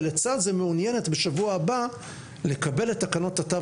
ולצד זה מעוניינת בשבוע הבא לקבל את תקנות התו